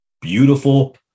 beautiful